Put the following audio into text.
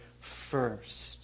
first